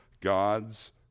God's